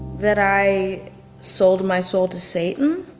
that i sold my soul to satan.